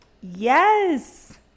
Yes